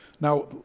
Now